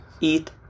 eat